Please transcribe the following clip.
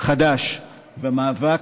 חדש במאבק,